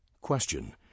Question